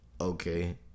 Okay